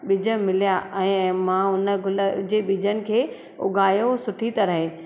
बीज मिलिया ऐं मां उन गुल जे बीजनि खे उगायो सुठी तरह